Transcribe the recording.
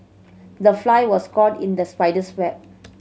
the fly was caught in the spider's web